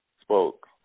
spoke